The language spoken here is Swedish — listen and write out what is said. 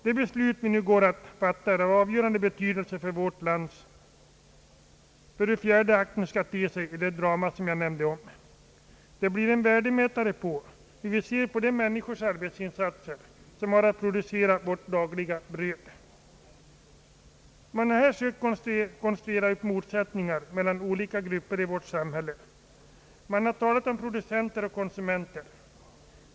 Det beslut vi nu går att fatta är av avgörande betydelse för vårt land och för hur fjärde akten skall te sig i det drama som jag tidigare nämnt. Det blir en värdemätare på arbetsinsatserna från de människor som har att producera vårt dagliga bröd. Man har här sökt konstruera upp motsättningar mellan olika grupper i vårt samhälle. Man har talat om producenter och konsumenter.